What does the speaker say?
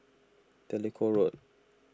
Jellicoe Road